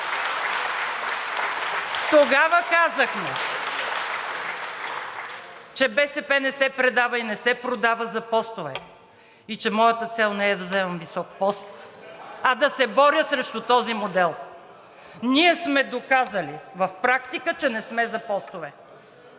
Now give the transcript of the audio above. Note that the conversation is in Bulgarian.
Тогава казахме, че БСП не се предава и не се продава за постове и че моята цел не е да заемам висок пост, а да се боря срещу този модел. Ние сме доказали в практика, че не сме за постове.